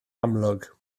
amlwg